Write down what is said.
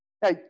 Hey